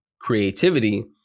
creativity